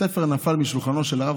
ספר נפל משולחנו של הרב,